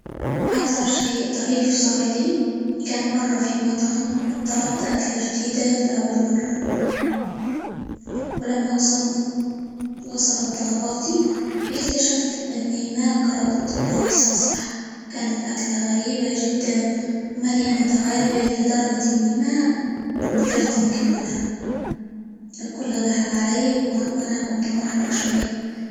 أكثر شيء طريف صار لي، كان مرة في مطعم طلبت أكلة جديدة لأول مرة، ولما -وصل- وصلت طلباتي اكتشفت إني ما قرأت الوصفة صح، كانت أكلة غريبة جدًا، ومليانة توابل لدرجة إنى ما قدرت نكملها، الكل ضحك علي، -وك- وانا كنت محرج شوي.